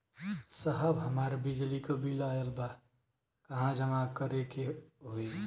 साहब हमार बिजली क बिल ऑयल बा कहाँ जमा करेके होइ?